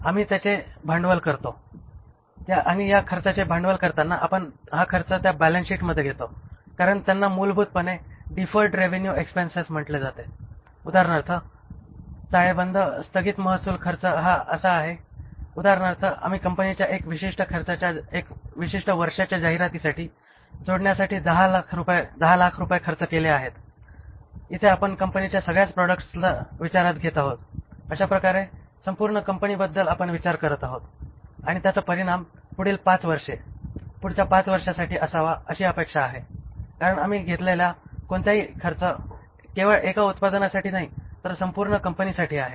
आम्ही त्यांचे भांडवल करतो आणि या खर्चाचे भांडवल करताना आपण हा खर्च त्या बॅलन्सशीटमध्ये घेतो कारण त्यांना मूलभूतपणे डिफर्ड रेव्हेन्यू एक्सपेन्स म्हटले जाते उदाहरणार्थ ताळेबंद स्थगित महसूल खर्च हा असा आहे उदाहरणार्थ आम्ही कंपनीच्या 1 विशिष्ट वर्षाच्या जाहिरातीसाठी जोडण्यासाठी 1000000 रुपये खर्च केले आहेत इथे आपण कंपनीच्या सगळ्याच प्रॉडक्ट्सला विचारात घेत आहोत अशा प्रकारे संपूर्ण कंपनीबद्दल आपण विचार करत आहोत आणि त्याचा परिणाम पुढील 5 वर्षे पुढच्या 5 वर्षांसाठी असावा अशी अपेक्षा आहे कारण आम्ही घेतलेला कोणताही खर्च केवळ एका उत्पादनासाठी नाही तर संपूर्ण कंपनीसाठी आहे